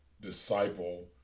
disciple